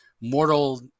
mortal